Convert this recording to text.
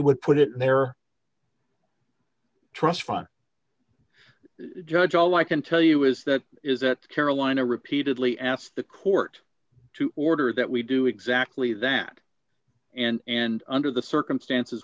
would put it in their trust fund judge all i can tell you is that is that carolina repeatedly asked the court to order that we do exactly that and and under the circumstances